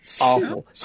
Awful